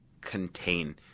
contain